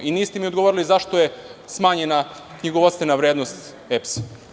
I niste mi odgovorili zašto je smanjena knjigovodstvena vrednost EPS?